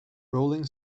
rolling